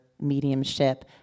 mediumship